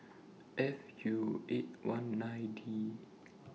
F U eight one nine D